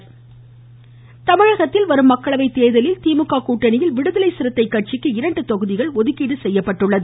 கு கு கு கட்டணி தமிழகத்தில் வரும் மக்களவை தேர்தலில் திமுக கூட்டணியில் விடுதலை சிறுத்தை கட்சிக்கு இரண்டு தொகுதிகள் ஒதுக்கீடு செய்யப்பட்டுள்ளன